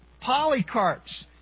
Polycarp's